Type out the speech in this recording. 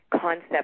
concept